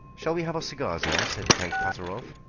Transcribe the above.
shall we have our cigars now? said count pateroff.